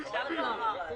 לפולין.